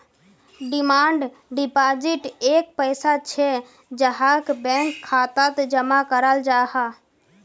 demand deposit एक पैसा छे जहाक बैंक खातात जमा कराल जाहा